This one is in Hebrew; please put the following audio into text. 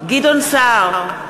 גדעון סער,